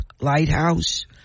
Lighthouse